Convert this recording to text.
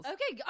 Okay